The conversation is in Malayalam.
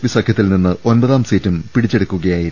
പി സഖ്യ ത്തിൽ നിന്ന് ഒമ്പതാംസീറ്റും പിടിച്ചെടുക്കുകയായിരുന്നു